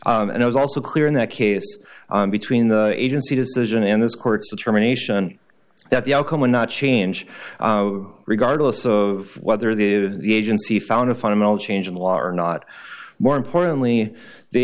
law and it was also clear in that case between the agency decision and this court's determination that the outcome would not change regardless of whether the the agency found a fundamental change in law or not more importantly the